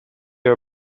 her